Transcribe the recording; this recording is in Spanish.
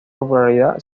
popularidad